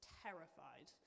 terrified